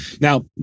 Now